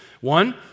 One